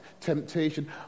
temptation